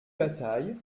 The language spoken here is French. bataille